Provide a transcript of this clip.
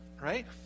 Right